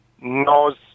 knows